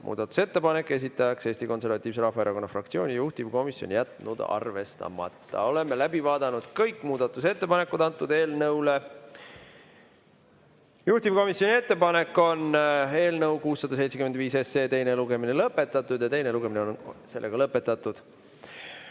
muudatusettepanek, esitaja Eesti Konservatiivse Rahvaerakonna fraktsioon ja juhtivkomisjon on jätnud arvestamata. Oleme läbi vaadanud kõik muudatusettepanekud selle eelnõu kohta. Juhtivkomisjoni ettepanek on eelnõu 675 teine lugemine lõpetada. Teine lugemine on lõpetatud.